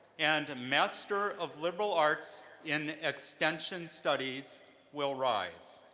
and master of liberal arts in extension studies will rise.